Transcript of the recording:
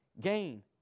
gain